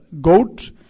goat